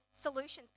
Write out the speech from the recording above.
solutions